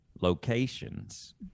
locations